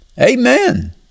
Amen